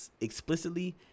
explicitly